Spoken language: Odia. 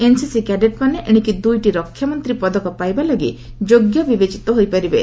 ଏନସିସି କ୍ୟାଡେଟମାନେ ଏଣିକି ଦୁଇଟି ରକ୍ଷାମନ୍ତ୍ରୀ ପଦକ ପାଇବାଲାଗି ଯୋଗ୍ୟ ବିବେଚିତ ହୋଇପାରିବେ